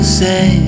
say